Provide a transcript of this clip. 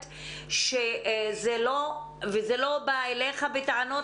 אני לא באה אליך בטענות,